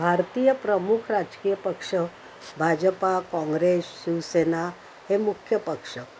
भारतीय प्रमुख राजकीय पक्ष भाजपा काँग्रेस शिवसेना हे मुख्य पक्ष